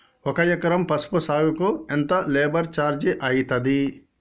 ఒక ఎకరం పసుపు సాగుకు ఎంత లేబర్ ఛార్జ్ అయితది?